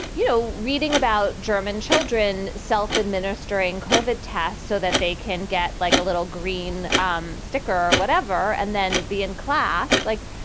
you know, reading about german children, self administering covert tests so that they can get like a little green um sticker or whatever and then be in class like,